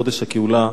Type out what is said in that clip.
חודש הגאולה,